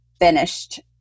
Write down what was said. finished